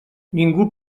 ningú